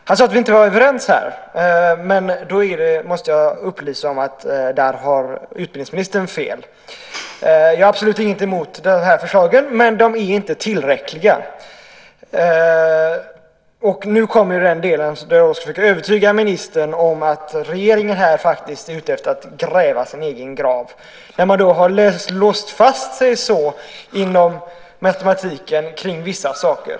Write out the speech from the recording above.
Han sade att vi inte är överens men där måste jag upplysa utbildningsministern om att han har fel. Vi har absolut inget emot de här förslagen, men de är inte tillräckliga. Nu kommer jag till den del där jag ska försöka övertyga ministern om att regeringen här faktiskt är ute efter att gräva sin egen grav. Inom matematiken har man nämligen låst sig väldigt mycket vid vissa saker.